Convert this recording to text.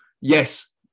yes